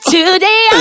Today